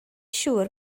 siŵr